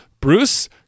Bruce